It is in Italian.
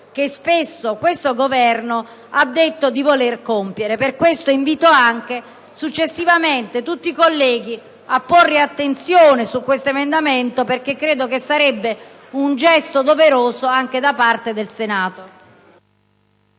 che spesso questo Governo ha detto di voler compiere. Per questo invito tutti i colleghi a porre attenzione a questo emendamento, perché credo che sarebbe un gesto doveroso da parte del Senato.